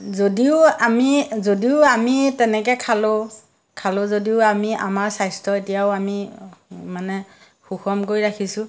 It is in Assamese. যদিও আমি যদিও আমি তেনেকৈ খালোঁ খালোঁ যদিও আমি আমাৰ স্বাস্থ্য এতিয়াও আমি মানে সুষম কৰি ৰাখিছোঁ